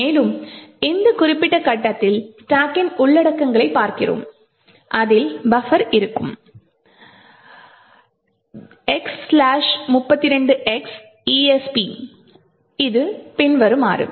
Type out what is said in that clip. மேலும் இந்த குறிப்பிட்ட கட்டத்தில் ஸ்டாக்கின் உள்ளடக்கங்களைப் பார்க்கிறோம் அதில் பஃபர் இருக்கும் gdb x 32x esp இது பின்வருமாறு